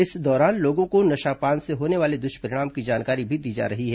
इस दौरान लोगों को नशापान से होने वाले दृष्परिणामों की जानकारी दी जा रही है